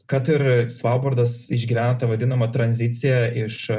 kad ir svalbardas išgyvena tą vadinamą tranziciją iš